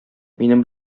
минем